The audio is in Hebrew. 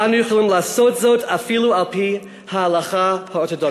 ואנו יכולים לעשות זאת אפילו על-פי ההלכה האורתודוקסית.